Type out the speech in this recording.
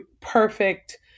perfect